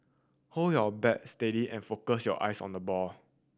hold your bat steady and focus your eyes on the ball